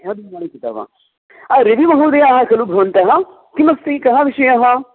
हा रविः महोदयाः खलु भवन्तः कथमस्ति कः विषयः